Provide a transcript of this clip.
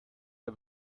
der